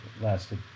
lasted